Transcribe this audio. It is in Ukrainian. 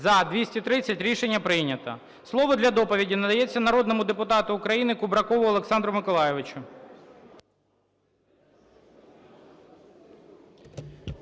За-230 Рішення прийнято. Слово для доповіді надається народному депутату України Кубракову Олександру Миколайовичу.